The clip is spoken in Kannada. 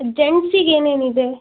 ಜೆಂಟ್ಸಿಗೆ ಏನೇನಿದೆ